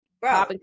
bro